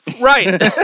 Right